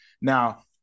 Now